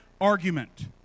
argument